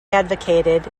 advocated